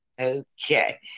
Okay